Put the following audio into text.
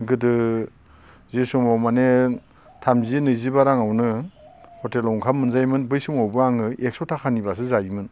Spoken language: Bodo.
गोदो जि समाव माने थामजि नैजिबा राङावनो हटेलाव ओंखाम मोनजायोमोन बै समावबो आङो एकस' थाखानिब्लासो जायोमोन